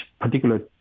particular